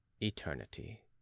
eternity